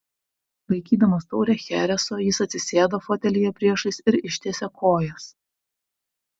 laikydamas taurę chereso jis atsisėdo fotelyje priešais ir ištiesė kojas